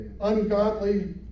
ungodly